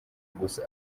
gusa